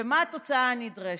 ומה התוצאה הנדרשת.